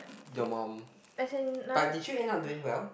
your mum but did you end up doing well